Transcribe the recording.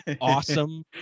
awesome